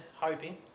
hoping